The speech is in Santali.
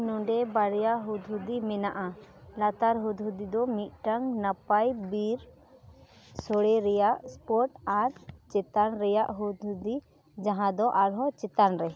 ᱱᱚᱸᱰᱮ ᱵᱟᱨᱭᱟ ᱦᱩᱫᱽᱦᱩᱫᱤ ᱢᱮᱱᱟᱜᱼᱟ ᱞᱟᱛᱟᱨ ᱦᱩᱫᱽᱦᱩᱫᱤ ᱫᱚ ᱱᱟᱯᱟᱭ ᱢᱤᱫᱴᱟᱝ ᱱᱟᱯᱟᱭ ᱵᱤᱨ ᱥᱚᱲᱮ ᱨᱮᱭᱟᱜ ᱟᱨ ᱟᱨ ᱪᱮᱛᱟᱱ ᱨᱮᱭᱟᱜ ᱦᱩᱫᱽᱦᱩᱫᱤ ᱡᱟᱦᱟᱸ ᱫᱚ ᱟᱨᱦᱚᱸ ᱪᱮᱛᱟᱱ ᱨᱮ